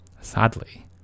Sadly